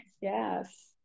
Yes